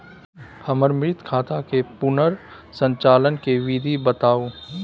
हमर मृत खाता के पुनर संचालन के विधी बताउ?